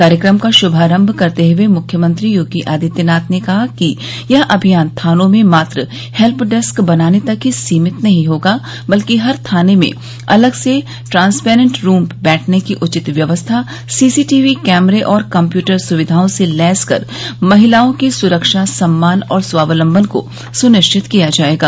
कार्यक्रम का शुभारम्भ करते हुए मुख्यमंत्री योगी आदित्यनाथ ने कहा कि यह अभियान थानों में मात्र हेल्प डेस्क बनाने तक सीमित नहीं होगा बल्कि हर थाने में अलग से ट्रांसपैरेंट रूम बैठन की उचित व्यवस्था सीसी टीवी कैमरे और कम्प्यूटर सुविधाओं से लैस कर महिलाओं की सुरक्षा सम्मान और स्वावलंबन को सुनिश्चित किया जायेगा